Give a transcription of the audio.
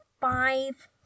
five